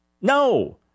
No